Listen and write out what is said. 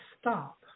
stop